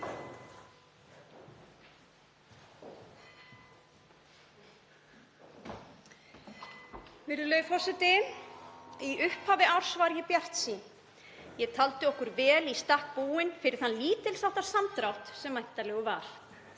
Virðulegi forseti. Í upphafi árs var ég bjartsýn. Ég taldi okkur vel í stakk búin fyrir þann lítils háttar samdrátt sem væntanlegur var